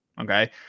Okay